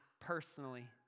personally